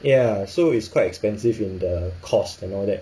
ya so it's quite expensive in the cost and all that